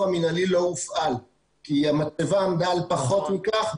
המנהלי לא הופעל כי המצבה עמדה על פחות מכך,